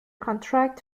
contract